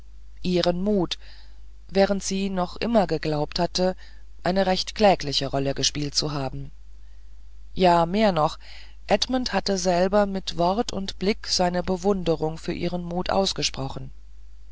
ihren mut während sie doch immer geglaubt hatte eine recht klägliche rolle gespielt zu haben ja mehr noch edmund hatte selber mit wort und blick seine bewunderung für ihren mut ausgesprochen